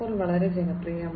0 വളരെ ജനപ്രിയമായി